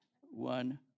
One